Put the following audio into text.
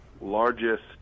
largest